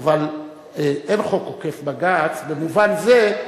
אבל אין חוק עוקף-בג"ץ, במובן זה,